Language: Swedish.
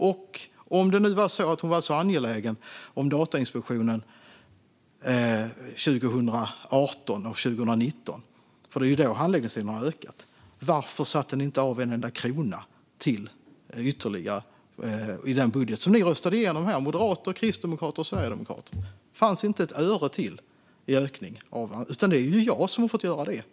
Och om hon var så angelägen om Datainspektionen under 2018 och 2019 - det var ju då som handläggningstiderna ökade - varför satte ni inte av en enda krona till detta i den budget som ni moderater, kristdemokrater och sverigedemokrater röstade igenom? Där fanns inte ett öre i ökning, utan det är jag som har fått driva igenom den.